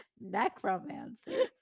Necromancy